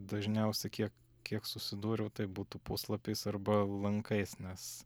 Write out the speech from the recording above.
dažniausia kiek kiek susidūriau tai būtų puslapiais arba lankais nes